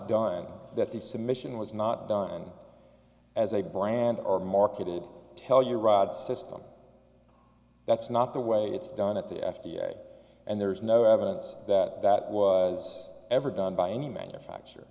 done that the submission was not done as a bland or marketed tell you rod system that's not the way it's done at the f d a and there's no evidence that that was ever done by any manufacture